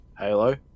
halo